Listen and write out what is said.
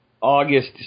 August